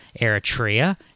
eritrea